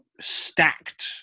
stacked